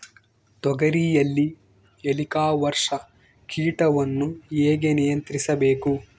ತೋಗರಿಯಲ್ಲಿ ಹೇಲಿಕವರ್ಪ ಕೇಟವನ್ನು ಹೇಗೆ ನಿಯಂತ್ರಿಸಬೇಕು?